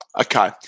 Okay